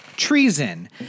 Treason